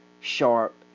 sharp